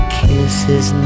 kisses